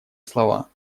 слова